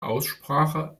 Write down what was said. aussprache